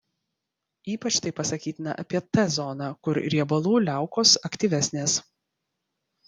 ypač tai pasakytina apie t zoną kur riebalų liaukos aktyvesnės